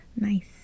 nice